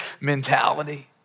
mentality